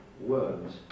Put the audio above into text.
words